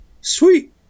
Sweet